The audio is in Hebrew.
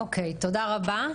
אוקי, תודה רבה.